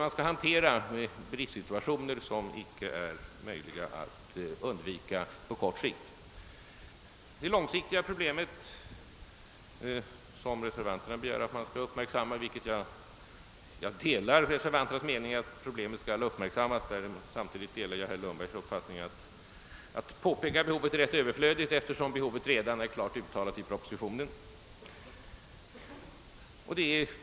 Reservanterna begär att man på lång sikt skall uppmärksamma de problem som uppstår i samband med bristsituationer. Jag delar deras mening därvidlag men samtidigt delar jag herr Lundbergs uppfattning om att ett påpekande av detta behov är rätt överflödigt, eftersom det redan är klart uttalat i propositionen.